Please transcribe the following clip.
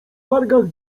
wargach